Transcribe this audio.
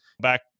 back